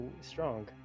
strong